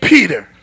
Peter